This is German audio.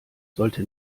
sollte